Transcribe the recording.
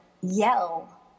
yell